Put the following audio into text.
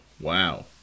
Wow